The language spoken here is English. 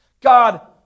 God